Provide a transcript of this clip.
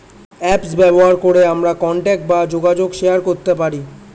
apps ব্যবহার করে আমরা কন্টাক্ট বা যোগাযোগ শেয়ার করতে পারি